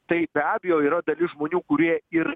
tai be abejo yra dalis žmonių kurie ir